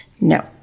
No